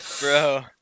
Bro